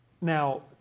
Now